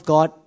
God